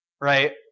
right